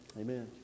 Amen